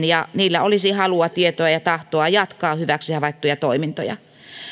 ja niillä olisi halua tietoa ja tahtoa jatkaa hyväksi havaittuja toimintoja